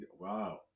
Wow